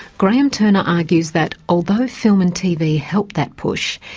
graeme turner argues that although film and tv helped that push,